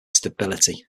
stability